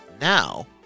now